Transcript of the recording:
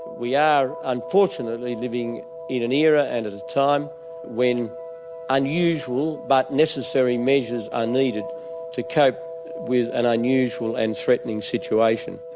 we are, unfortunately, living in an era and at a time when unusual but necessary measures are needed to cope with an unusual and threatening situation.